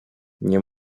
nie